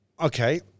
okay